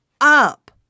up